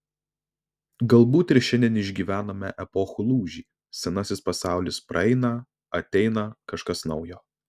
galbūt ir šiandien išgyvename epochų lūžį senasis pasaulis praeina ateina kažkas naujo